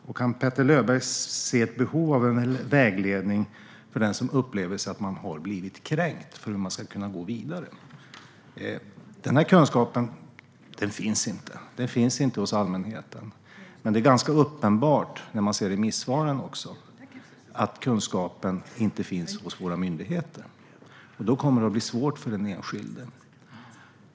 Och kan Petter Löberg se ett behov av en vägledning för hur den som upplever sig ha blivit kränkt ska kunna gå vidare? Den här kunskapen finns inte hos allmänheten. Men det är ganska uppenbart i remissvaren att kunskapen inte heller finns hos våra myndigheter, och då kommer det att bli svårt för den enskilde.